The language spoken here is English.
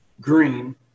Green